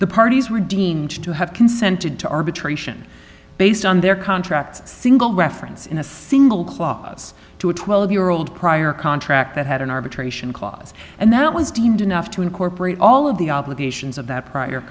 the parties were deemed to have consented to arbitration based on their contracts single reference in a single clause to a twelve year old prior contract that had an arbitration clause and that was deemed enough to incorporate all of the obligations of that prior